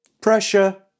Pressure